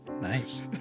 Nice